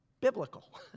biblical